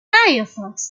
firefox